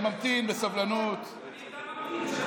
אני ממתין בסבלנות, גם אני ממתין,